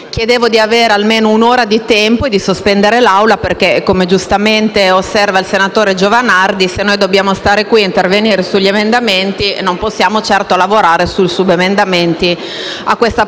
di poter avere almeno un'ora di tempo e di sospendere la seduta, perché, come giustamente osservava il senatore Giovanardi, se dobbiamo stare qui e intervenire sugli altri emendamenti, non possiamo certo lavorare sui subemendamenti riferiti